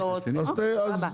אין בעיה.